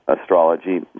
astrology